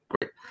great